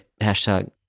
hashtag